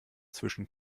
zwischen